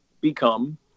become